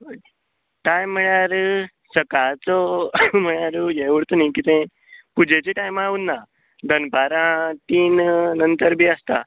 time म्हळ्यार सकाळचो म्हळ्यार हें उरता नी कितें पुजेचे टायमा उरना दनपारां तीन नंतर बी आसता